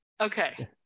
Okay